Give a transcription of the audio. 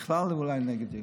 בכלל הוא אולי נגד ילדים.